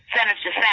Senator